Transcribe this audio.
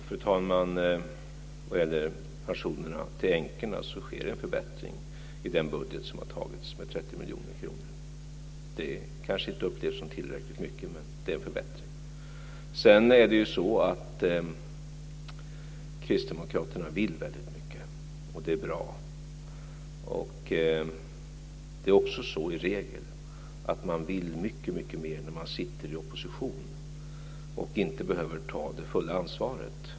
Fru talman! Vad gäller änkornas pensioner sker det en förbättring med 30 miljoner i den budget som har lagts fram. Det upplevs kanske inte som tillräckligt mycket, men det är en förbättring. Kristdemokraterna vill väldigt mycket, och det är bra. Det är i regel också så att man vill mycket mer när man sitter i opposition och inte behöver ta det fulla ansvaret.